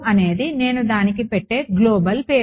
అనేది నేను దానికి పెట్టే గ్లోబల్ పేరు